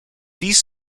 these